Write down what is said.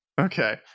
Okay